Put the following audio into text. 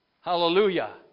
Hallelujah